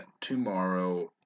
tomorrow